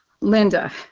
Linda